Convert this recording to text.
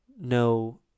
no